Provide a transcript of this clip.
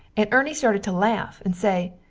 and erny started to laff and say,